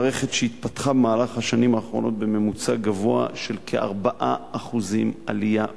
זו מערכת שהתפתחה במהלך השנים האחרונות בממוצע גבוה של כ-4% עלייה בשנה.